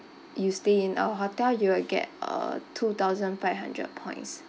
you stay in our hotel you will get uh two thousand five hundred points